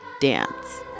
dance